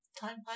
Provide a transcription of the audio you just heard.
Time